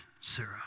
Sarah